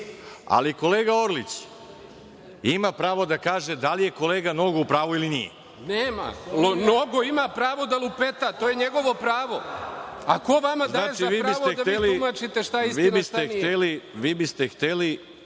ali, kolega Orlić ima pravo da kaže da li je kolega Nogo u pravu ili nije. **Nemanja Šarović** Nema. Nogo ima pravo da lupeta, to je njegovo pravo, a ko vama daje za pravo da vi tumačite šta je istina a šta nije?